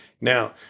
Now